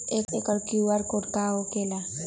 एकर QR code का होकेला?